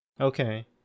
Okay